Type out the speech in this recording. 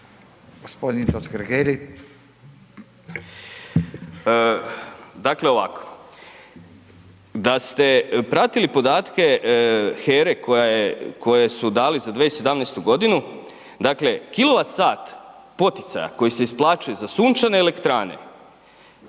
Miro (HDZ)** Dakle ovako, da ste pratili podatke HERA-e koje su dali za 2017. godinu dakle kWh poticaja koji se isplaćuje za sunčane elektrane